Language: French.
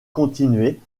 continuait